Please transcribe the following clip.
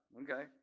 okay